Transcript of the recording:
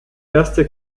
erste